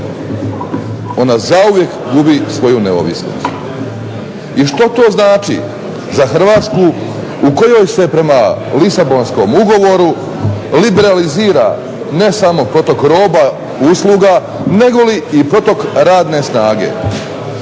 Ona zauvijek gubi svoju neovisnost. I što to znači za Hrvatsku u kojoj se po Lisabonskom ugovoru liberalizira ne samo protok roba i usluga negoli i protok radne snage.